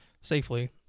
safely